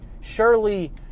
surely